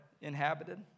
inhabited